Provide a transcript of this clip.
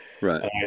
Right